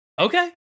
Okay